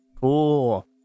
Cool